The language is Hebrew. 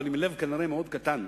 אבל עם לב כנראה מאוד קטן,